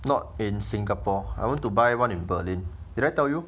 not in singapore I want to buy one in berlin did I tell you